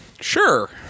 Sure